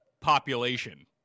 population